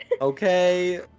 okay